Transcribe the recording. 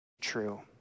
true